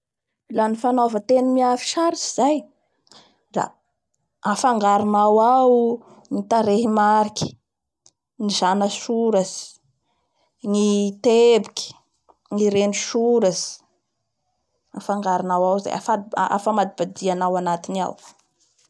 La ny fanaova teny miafy sarotsy zay da afangaronao ao ny tarehy mariky ny zanatsoratsy ny teboky ny renintsoratsy, afangoronao ao zay, afa-afamadibadihanao anatiny ao.